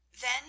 Then